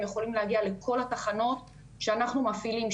הם יכולים להגיע לכל התחנות שאנחנו מפעילים,